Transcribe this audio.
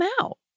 out